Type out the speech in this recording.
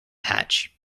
hatch